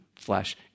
flesh